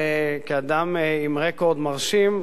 שכאדם עם רקורד מרשים,